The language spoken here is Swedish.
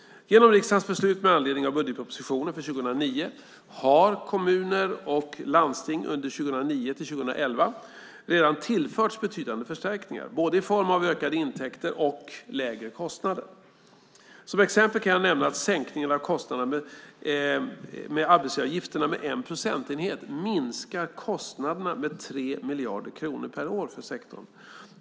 Genom riksdagens beslut med anledning av budgetpropositionen för 2009 har kommuner och landsting under 2009-2011 redan tillförts betydande förstärkningar, både i form av ökade intäkter och lägre kostnader. Som exempel kan jag nämna att sänkningen av arbetsgivaravgiften med 1 procentenhet minskar kostnaderna med 3 miljarder kronor per år för sektorn.